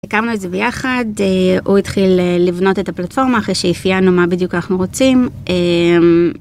הקמנו את זה ביחד הוא התחיל לבנות את הפלטפורמה אחרי שאפיינו מה בדיוק אנחנו רוצים.